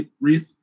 wreath